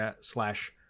slash